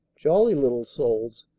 jolly little souls,